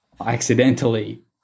accidentally